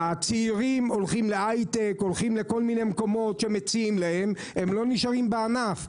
הצעירים הולכים להייטק ולכל מיני מקומות אחרים; הם לא נשארים בענף.